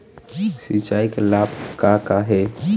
सिचाई के लाभ का का हे?